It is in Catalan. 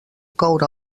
coure